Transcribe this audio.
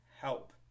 help